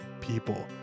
people